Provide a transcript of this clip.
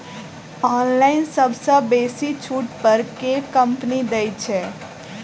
Online सबसँ बेसी छुट पर केँ कंपनी दइ छै?